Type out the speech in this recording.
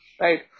right